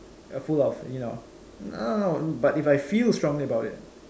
full of you know no no no but if I feel strongly about it